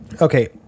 okay